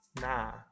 nah